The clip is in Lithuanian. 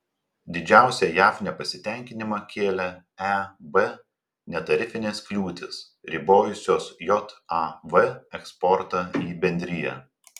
didžiausią jav nepasitenkinimą kėlė eb netarifinės kliūtys ribojusios jav eksportą į bendriją